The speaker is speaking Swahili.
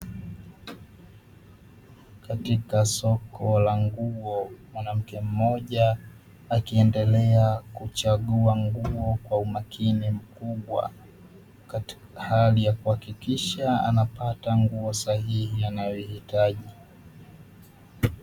Katika soko la nguo, wwanamke mmoja akiendelea kuchagua nguo kwa umakini mkubwa, katika hali ya kuhakikisha anapata nguo sahihi anayohiitaji.